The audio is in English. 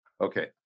Okay